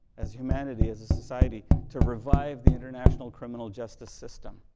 as humanity, as a society to revive the international criminal justice system.